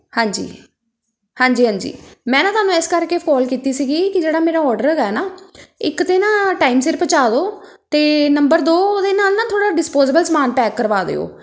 ਹਾਂਜੀ ਹਾਂਜੀ ਹਾਂਜੀ ਮੈਂ ਨਾ ਤੁਹਾਨੂੰ ਇਸ ਕਰਕੇ ਕੋਲ ਕੀਤੀ ਸੀਗੀ ਕਿ ਜਿਹੜਾ ਮੇਰਾ ਔਡਰ ਹੈਗਾ ਨਾ ਇੱਕ ਤਾਂ ਨਾ ਟਾਈਮ ਸਿਰ ਪਹੁੰਚਾ ਦਿਉ ਅਤੇ ਨੰਬਰ ਦੋ ਉਹਦੇ ਨਾਲ ਨਾ ਥੋੜ੍ਹਾ ਡਿਸਪੋਜਬਲ ਸਮਾਨ ਪੈਕ ਕਰਵਾ ਦਿਉ